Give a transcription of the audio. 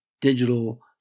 digital